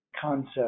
concept